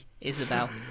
Isabel